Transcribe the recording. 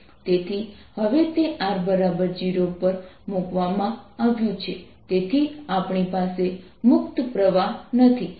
તેથી હવે તે r0 પર મૂકવામાં આવ્યું છે તેથી આપણી પાસે મુક્ત પ્રવાહ નથી